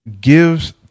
gives